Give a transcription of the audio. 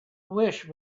wish